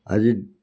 আজি